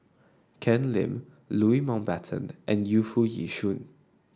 Ken Lim Louis Mountbatten and Yu Foo Yee Shoon